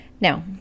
Now